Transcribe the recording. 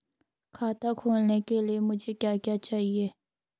खाता खोलने के लिए मुझे क्या क्या चाहिए?